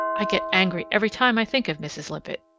i get angry every time i think of mrs lippett.